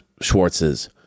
Schwartz's